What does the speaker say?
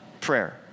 prayer